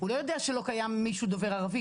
הוא לא יודע שלא קיים מישהו דובר ערבית,